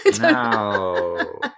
No